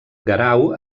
guerau